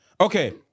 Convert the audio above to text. Okay